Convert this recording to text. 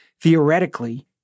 Theoretically